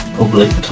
public